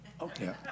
Okay